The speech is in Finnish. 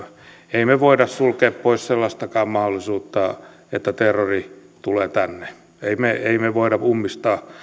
emme me voi sulkea pois sellaistakaan mahdollisuutta että terrori tulee tänne emme me voi ummistaa